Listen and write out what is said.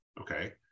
Okay